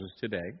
today